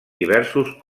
diversos